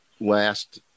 last